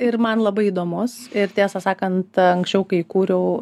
ir man labai įdomus ir tiesą sakant anksčiau kai kūriau